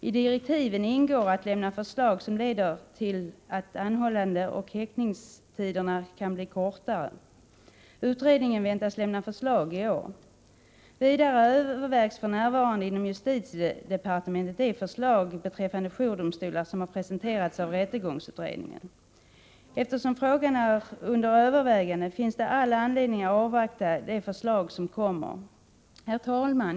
I direktiven ingår att lämna förslag som leder till att anhållandeoch häktningstiderna kan bli kortare. Utredningen väntas lämna förslag i år. Vidare övervägs för närvarande inom justitiedepartementet de förslag beträffande jourdomstolar som har presenterats av rättegångsutredningen. Eftersom frågan är under övervägande finns det all anledning att avvakta de förslag som kommer. Herr talman!